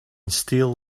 steel